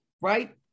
right